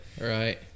Right